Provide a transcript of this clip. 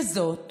וזאת